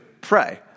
pray